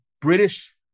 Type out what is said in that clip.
British